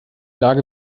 lage